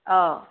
ꯑꯥꯎ